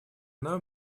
нам